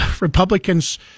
Republicans